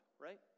right